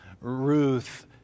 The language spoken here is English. Ruth